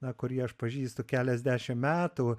na kurį aš pažįstu keliasdešim metų